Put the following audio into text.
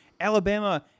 Alabama